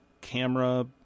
camera